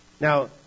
Now